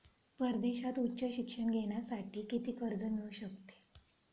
परदेशात उच्च शिक्षण घेण्यासाठी किती कर्ज मिळू शकते?